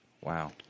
Wow